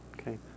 Okay